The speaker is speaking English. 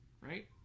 right